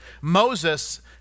Moses